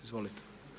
Izvolite.